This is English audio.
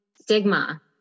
Stigma